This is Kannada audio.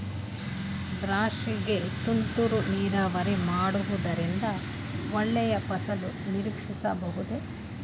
ದ್ರಾಕ್ಷಿ ಗೆ ತುಂತುರು ನೀರಾವರಿ ಮಾಡುವುದರಿಂದ ಒಳ್ಳೆಯ ಫಸಲು ನಿರೀಕ್ಷಿಸಬಹುದೇ?